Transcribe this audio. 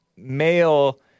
male